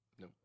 No